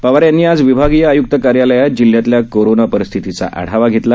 पवार यांनी आज विभागीय आयुक्त कार्यालयात जिल्ह्यातल्या कोरोना परिस्थितीचा आढावा घेतला